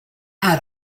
out